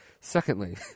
Secondly